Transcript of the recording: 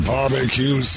Barbecue